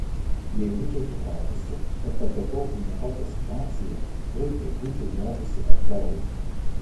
jei būčiau supratusi kad patekau į nekokią situaciją greitai būčiau movusi atgal